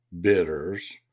bitters